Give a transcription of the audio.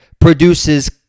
produces